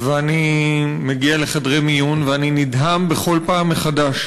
ואני מגיע לחדרי מיון, ואני נדהם בכל פעם מחדש